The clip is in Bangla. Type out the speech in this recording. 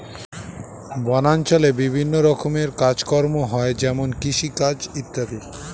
বনাঞ্চলে বিভিন্ন রকমের কাজ কম হয় যেমন কৃষিকাজ ইত্যাদি